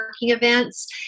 events